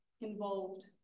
involved